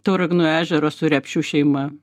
tauragno ežero su repšių šeima